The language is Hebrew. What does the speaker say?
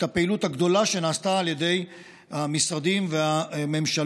הפעילות הגדולה שנעשתה על ידי המשרדים והממשלות,